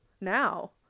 now